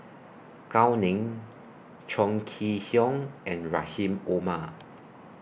Gao Ning Chong Kee Hiong and Rahim Omar